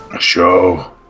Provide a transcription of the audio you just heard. show